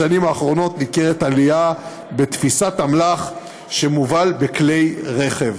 בשנים האחרונות ניכרת עלייה בתפיסת אמל"ח שמובל בכלי רכב.